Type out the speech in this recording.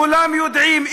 כולם יודעים,